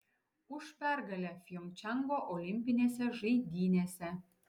už pergalę pjongčango olimpinėse žaidynėse